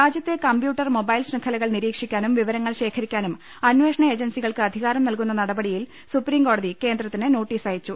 രാജ്യത്തെ computer mobile ശൃംഖലകൾ നിരീക്ഷി ക്കാനും വിവരങ്ങൾ ശേഖരിക്കാനും അന്വേഷണ ഏജൻസി കൾക്ക് അധികാരം നൽകുന്ന നടപടിയിൽ സുപ്രീംകോടതി കേന്ദ്ര ത്തിന് നോട്ടീസയച്ചു